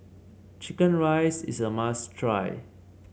chicken rice is a must try